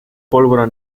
pólvora